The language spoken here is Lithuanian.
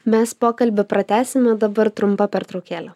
mes pokalbį pratęsime dabar trumpa pertraukėlė